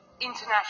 international